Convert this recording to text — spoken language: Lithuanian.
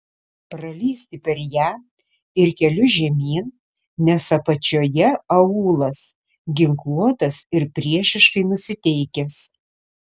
pralįsti per ją ir keliu žemyn nes apačioje aūlas ginkluotas ir priešiškai nusiteikęs